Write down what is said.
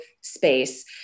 space